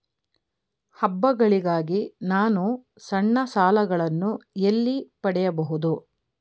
ಹಬ್ಬಗಳಿಗಾಗಿ ನಾನು ಸಣ್ಣ ಸಾಲಗಳನ್ನು ಎಲ್ಲಿ ಪಡೆಯಬಹುದು?